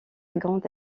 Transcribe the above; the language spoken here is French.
grande